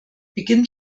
beginnt